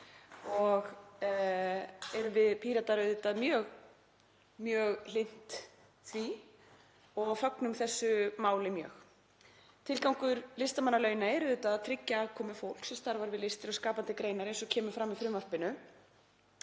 Erum við Píratar auðvitað mjög hlynnt því og fögnum þessu máli mjög. Tilgangur listamannalauna er auðvitað að tryggja afkomu fólks sem starfar við listir og skapandi greinar, eins og kemur fram í frumvarpinu,